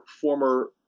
former